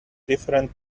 different